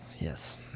Yes